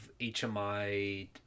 HMI